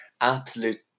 absolute